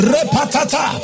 Repatata